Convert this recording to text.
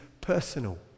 personal